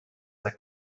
that